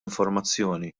informazzjoni